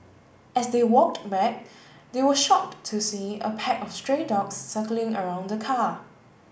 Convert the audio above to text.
as they walked back they were shocked to see a pack of stray dogs circling around the car